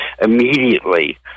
immediately